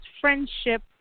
friendship